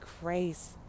grace